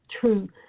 true